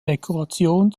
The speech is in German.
dekoration